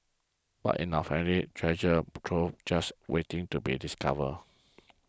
but in our families treasure troves just waiting to be discovered